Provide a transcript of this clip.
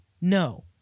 No